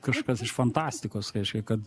kažkas iš fantastikos reiškia kad